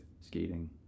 skating